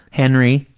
henry.